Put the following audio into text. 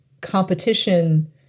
competition